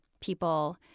people